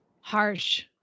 Harsh